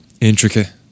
intricate